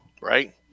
right